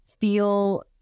feel